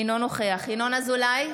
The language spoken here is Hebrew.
אינו נוכח ינון אזולאי,